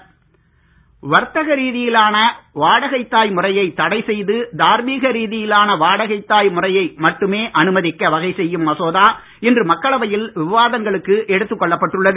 வாடகை தாய் வர்த்தக ரீதியிலான வாடகை தாய் முறையை தடை செய்து தார்மீக ரீதியிலான வாடகை தாய் முறையை மட்டுமே அனுமதிக்க வகை செய்யும் மசோதா இன்று மக்களவையில் விவாதங்களுக்கு எடுத்துக் கொள்ளப்பட்டுள்ளது